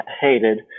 hated